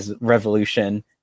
revolution